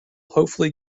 hopefully